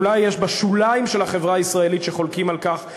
אולי יש בשוליים של החברה הישראלית שחולקים על כך.